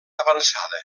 avançada